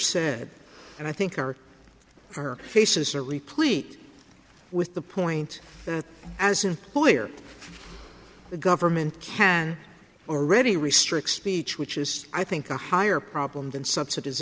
said and i think our our faces are replete with the point that as an employer the government can already restrict speech which is i think a higher problem than subsidi